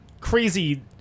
crazy